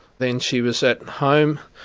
then she was at home